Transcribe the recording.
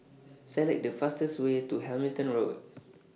Select The fastest Way to Hamilton Road